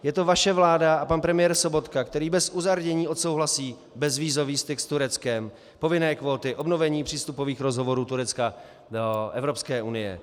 Je to vaše vláda a pan premiér Sobotka, který bez uzardění odsouhlasí bezvízový styk s Tureckem, povinné kvóty, obnovení přístupových rozhovorů Turecka do EU.